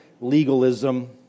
legalism